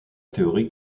théorie